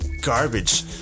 garbage